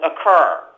occur